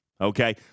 Okay